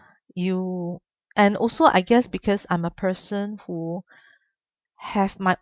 you and also I guess because I'm a person who have